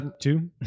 two